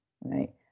right